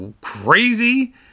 crazy